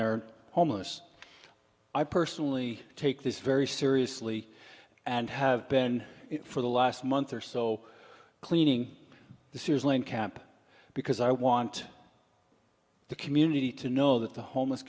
they're homeless i personally take this very seriously and have been for the last month or so cleaning up the sears lane camp because i want the community to know that the homeless